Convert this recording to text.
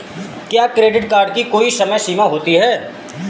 क्या credit card की कोई समय सीमा होती है?